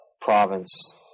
province